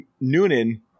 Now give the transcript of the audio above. Noonan